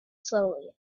slowly